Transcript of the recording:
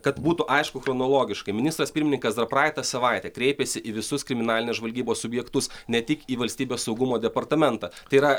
kad būtų aišku chronologiškai ministras pirmininkas dar praeitą savaitę kreipėsi į visus kriminalinės žvalgybos subjektus ne tik į valstybės saugumo departamentą tai yra